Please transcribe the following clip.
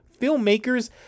filmmakers